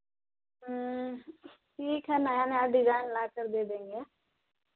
ठीक है नया नया डिजाइन लाकर दे देंगे